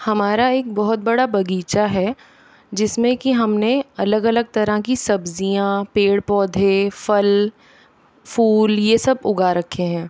हमारा एक बहुत बड़ा बगीचा है जिसमें कि हमने अलग अलग तरह की सब्जियां पेड़ पौधे फल फूल ये सब उगा रखे हैं